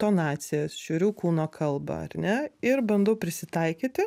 tonacijas žiūriu kūno kalbą ar ne ir bandau prisitaikyti